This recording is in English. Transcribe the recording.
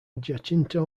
jacinto